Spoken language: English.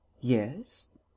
Yes